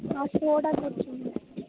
ஆ போடாமல் விட்டிருந்தேன்